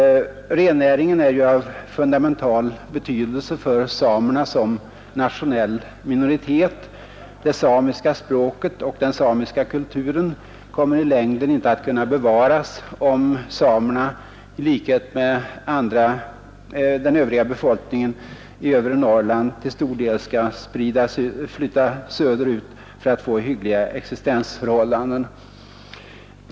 Rennäringen är ju av fundamental betydelse för samerna som nationell minoritet. Det samiska språket och den samiska kulturen kommer i längden inte att kunna bevaras, om samerna i likhet med den övriga befolkningen i övre Norrland till stor del skall flytta söderut för att få hyggliga existensförhållanden.